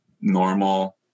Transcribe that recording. normal